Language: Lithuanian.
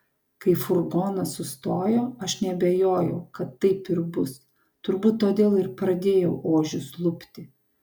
kai furgonas sustojo aš neabejojau kad taip ir bus turbūt todėl ir pradėjau ožius lupti